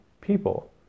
people